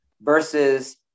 versus